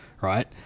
right